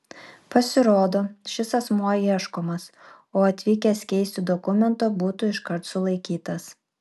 pasirodo šis asmuo ieškomas o atvykęs keisti dokumento būtų iškart sulaikytas